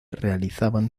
realizaban